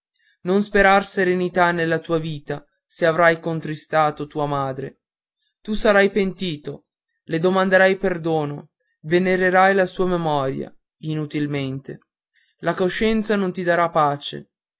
non sperar serenità nella tua vita se avrai contristato tua madre tu sarai pentito le domanderai perdono venererai la sua memoria inutilmente la coscienza non ti darà pace